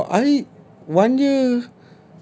no I one year